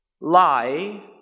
lie